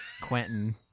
Quentin